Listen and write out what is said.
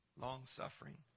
long-suffering